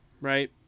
right